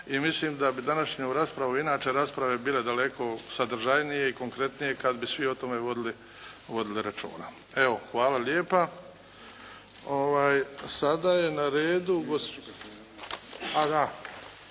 I mislim da bi današnju raspravu i inače rasprave bile daleko sadržajnije i konkretnije kad bi svi o tome vodili računa. Evo hvala lijepa. Sada je na redu